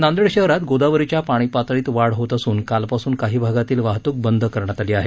नांदेड शहरात गोदावरीच्या पाणीपातळीत वाढ होत असून कालपासून काही भागातील वाहतूक बंद करण्यात आली आहे